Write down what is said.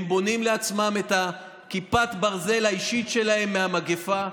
הם בונים לעצמם את כיפת הברזל האישית שלהם מהמגפה.